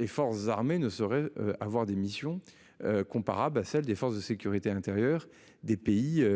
les forces armées ne saurait avoir des missions. Comparables à celles des forces de sécurité intérieure des pays.